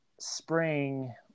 spring –